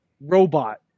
robot